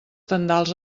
tendals